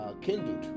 kindled